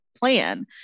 plan